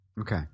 Okay